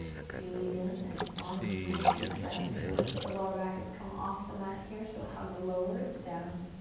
breathing, nice, long, smooth, deep breaths. notice if the lower back has come off the mat here. so hug the lower ribs down.